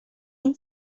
این